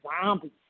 zombies